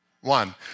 one